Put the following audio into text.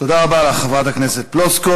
תודה רבה לך, חברת הכנסת פלוסקוב.